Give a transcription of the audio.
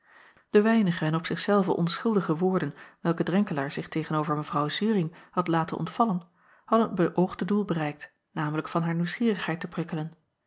e weinige en op zich zelve onschuldige woorden welke renkelaer zich tegen-over w uring had laten ontvallen hadden het beöogde doel bereikt namelijk van haar nieuwsgierigheid te prikkelen